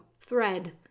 Thread